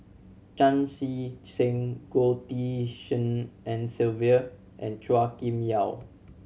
Chan Chee Seng Goh Tshin En Sylvia and Chua Kim Yeow